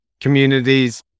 communities